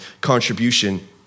contribution